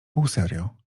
półserio